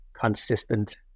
Consistent